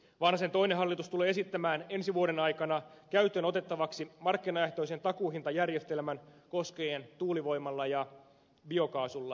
vanhasen toinen hallitus tulee esittämään ensi vuoden aikana käyttöön otettavaksi markkinaehtoisen takuuhintajärjestelmän koskien tuulivoimalla ja biokaasulla tuotettua sähköä